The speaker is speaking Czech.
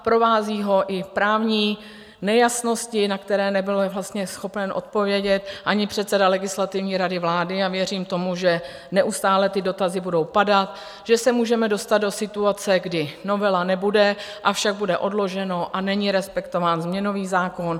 Provází ho i právní nejasnosti, na které nebyl vlastně schopen odpovědět ani předseda Legislativní rady vlády, a věřím tomu, že neustále ty dotazy budou padat, že se můžeme dostat do situace, kdy novela nebude, avšak bude to odloženo, a není respektován změnový zákon.